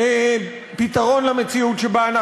תסתכלו על רשימת פסקי-הדין,